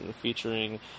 featuring